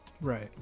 Right